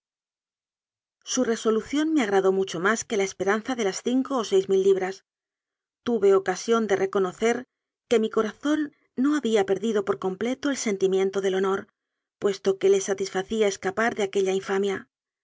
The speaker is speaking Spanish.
su resolución me agradó mucho más que la es peranza de las cinco o seis mil libras tuve oca sión de reconocer que mi corazón no había perdido por completo el sentimiento del honor puesto que le satisfacía escapar de aquella infamia